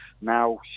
now